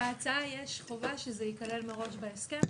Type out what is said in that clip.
בהצעה יש חובה שזה ייכלל מראש להסכם,